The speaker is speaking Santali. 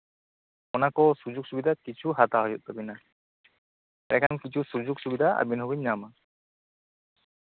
ᱚᱱᱟ ᱠᱚ ᱥᱩᱡᱳᱜ ᱥᱩᱵᱤᱫᱷᱟ ᱠᱤᱪᱷᱩ ᱦᱟᱛᱟᱣ ᱦᱩᱭᱩᱜ ᱛᱟᱵᱤᱱᱟ ᱮᱱᱰᱮᱠᱷᱟᱱ ᱠᱤᱪᱷᱩ ᱥᱩᱡᱳᱜ ᱥᱩᱵᱤᱫᱷᱟ ᱟᱹᱵᱤᱱ ᱦᱚᱵᱮᱱ ᱧᱟᱢᱟ